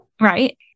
right